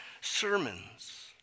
sermons